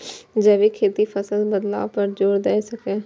जैविक खेती फसल बदलाव पर जोर दै छै